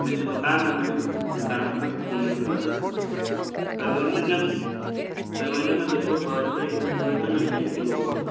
مےٚ چھِ دُکان نہ مےٚ چھِ دُکانَس پٮ۪ٹھ کٔننہٕ خٲطرٕ تُہۍ ؤنۍ تو مےٚ تُہۍ ؤنۍ تو مےٚ تُہۍ چھُوا بٲتلٕے وٲلۍ کٕنَان کِنہٕ کِلوٗ وٲلۍ